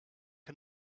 and